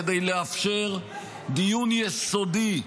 כדי לאפשר דיון יסודי,